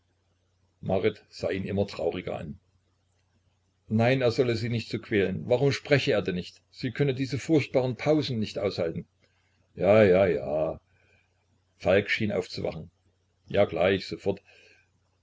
sah ihn immer trauriger an nein er solle sie nicht so quälen warum spreche er denn nicht sie könne diese furchtbaren pausen nicht aushalten ja ja ja falk schien aufzuwachen ja gleich sofort